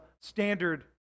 standard